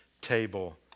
table